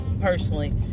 personally